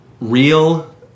real